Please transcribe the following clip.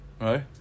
Right